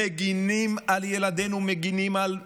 מגינים על ילדינו, מגינים על מדינתנו.